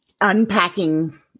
unpacking